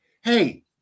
hey